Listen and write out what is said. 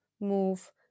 move